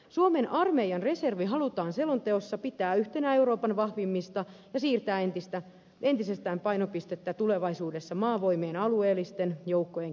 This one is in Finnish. suomen armeijan reservi halutaan selonteossa pitää yhtenä euroopan vahvimmista ja siirtää entisestään painopistettä tulevaisuudessa maavoimien alueellisten joukkojen kehittämiseen